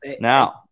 Now